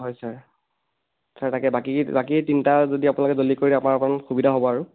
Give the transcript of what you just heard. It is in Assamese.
হয় ছাৰ ছাৰ তাকে বাকী বাকী তিনিটা যদি আপোনালোকে জলদি কৰি দিয়ে আমাৰ অকণ সুবিধা হ'ব আৰু